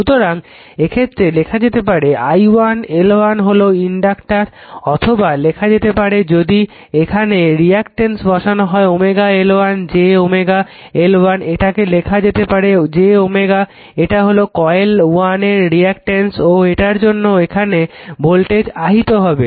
সুতরাং এক্ষেত্রে লেখা যেতে পারে i1 L1 হলো ইনডাক্টার অথবা লেখা যেতে পারে যদি এখানে রিঅ্যাকটেন্স বসানো হয় L1 j L1 এটাকে লেখা যেতে পারে j এটা হলো কয়েল 1 এর রিঅ্যাকটেন্স ও এটার জন্য এখানে ভোল্টেজ আহিত হবে